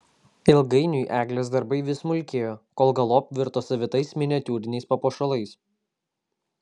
ilgainiui eglės darbai vis smulkėjo kol galop virto savitais miniatiūriniais papuošalais